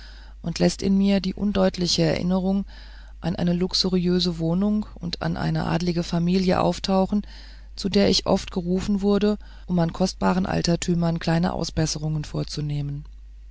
und läßt in mir die undeutliche erinnerung an eine luxuriöse wohnung und an eine adlige familie auftauchen zu der ich oft gerufen wurde um an kostbaren altertümern kleine ausbesserungen vorzunehmen